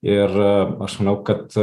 ir aš manau kad